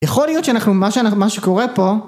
יכול להיות שאנחנו מה שקורה פה